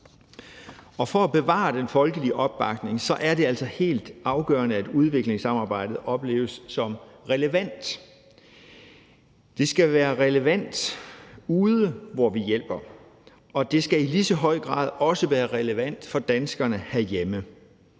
For at bevare den folkelige opbakning er det altså helt afgørende, at udviklingssamarbejdet opleves som relevant. Det skal være relevant ude, hvor vi hjælper, og det skal i lige så høj grad også være relevant for danskerne herhjemme.